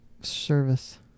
service